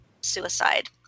suicide